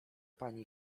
pani